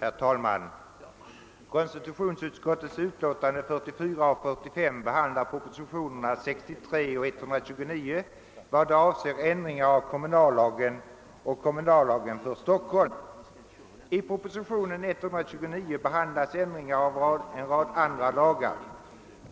Herr: talman! I konstitutionsutskottets utlåtanden nr 44 och 45 behandlas propositionerna nr 63 och 129. Proposition 129 gäller förutom ändringar i kommunallagarna ändringar i en rad andra lagar.